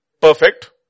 perfect